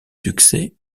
succès